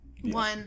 One